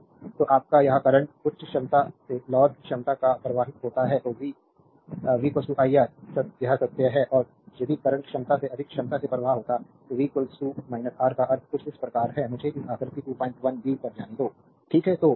तो तो आपका यह यदि करंट उच्च क्षमता से लॉर की क्षमता तक प्रवाहित होता है तो v v iR यह सत्य है और यदि करंट क्षमता से अधिक क्षमता से प्रवाह होता है तो v R का अर्थ कुछ इस प्रकार है मुझे इस आकृति 21 b पर जाने दो ठीक है